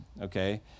okay